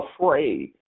afraid